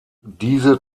diese